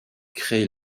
crée